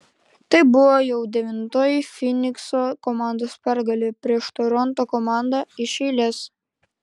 tai buvo jau devintoji fynikso komandos pergalė prieš toronto komandą iš eilės